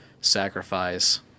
Sacrifice